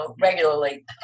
regularly